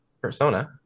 persona